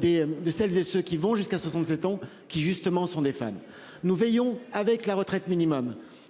des de celles et ceux qui vont jusqu'à 67 ans qui justement sont des femmes. Nous veillons avec la retraite minimum